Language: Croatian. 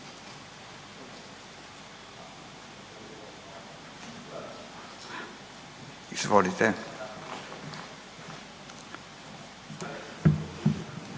izvolite.